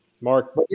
Mark